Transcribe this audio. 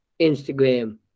Instagram